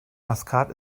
maskat